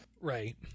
Right